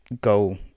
go